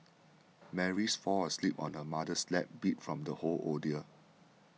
Mary fall asleep on her mother's lap beat from the whole ordeal